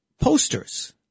posters